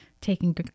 taking